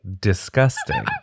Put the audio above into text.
Disgusting